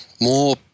more